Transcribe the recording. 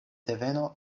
deveno